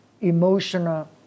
emotional